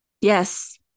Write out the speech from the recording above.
Yes